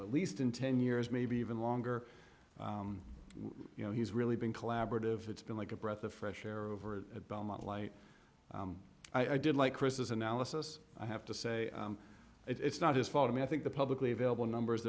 time at least in ten years maybe even longer you know he's really been collaborative it's been like a breath of fresh air over at belmont light i did like chris is analysis i have to say it's not his fault i mean i think the publicly available numbers